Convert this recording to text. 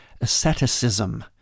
asceticism